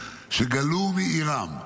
שגלו מעירם,